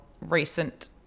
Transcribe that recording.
recent